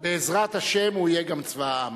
בעזרת השם הוא יהיה גם צבא העם.